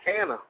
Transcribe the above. Anna